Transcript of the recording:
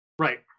Right